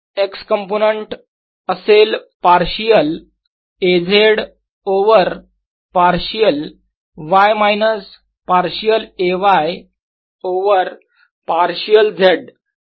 X component असेल partial A z over partial y minus partial A y over partial z